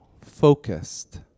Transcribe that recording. focused